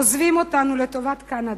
עוזבים אותנו לטובת קנדה,